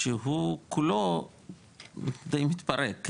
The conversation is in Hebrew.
שהוא כולו די מתפרק.